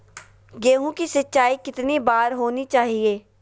गेहु की सिंचाई कितनी बार होनी चाहिए?